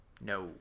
No